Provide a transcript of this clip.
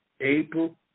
April